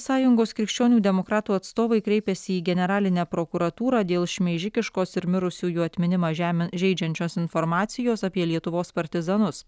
sąjungos krikščionių demokratų atstovai kreipėsi į generalinę prokuratūrą dėl šmeižikiškos ir mirusiųjų atminimą žemi žeidžiančios informacijos apie lietuvos partizanus